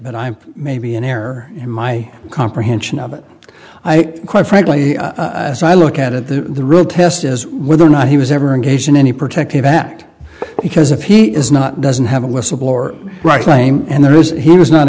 but i'm maybe in error in my comprehension of it quite frankly as i look at it the real test is whether or not he was ever engaged in any protective act because if he is not doesn't have a whistleblower right plame and there was he was not